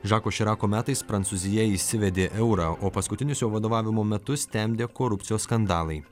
žako širako metais prancūzija įsivedė eurą o paskutinius jo vadovavimo metus temdė korupcijos skandalai